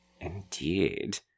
Indeed